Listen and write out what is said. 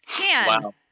Wow